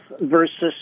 versus